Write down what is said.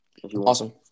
Awesome